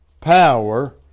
power